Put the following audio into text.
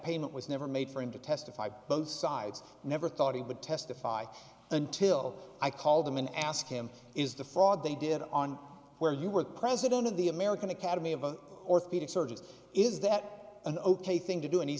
payment was never made for him to testify both sides never thought he would testify until i call them and ask him is the fraud they did on where you were the president of the american academy of orthopedic surgeons is that an ok thing to do and he